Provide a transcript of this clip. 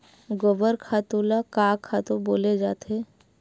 गोबर खातु ल का खातु बोले जाथे?